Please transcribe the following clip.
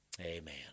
Amen